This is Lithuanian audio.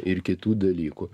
ir kitų dalykų